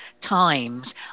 times